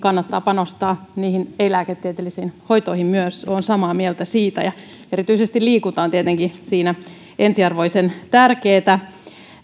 kannattaa panostaa myös niihin ei lääketieteellisiin hoitoihin olen samaa mieltä siitä erityisesti liikunta on tietenkin siinä ensiarvoisen tärkeätä